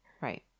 Right